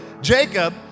Jacob